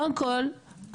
קודם כל הבדיקות,